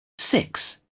six